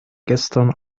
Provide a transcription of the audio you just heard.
gestern